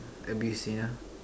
abused you know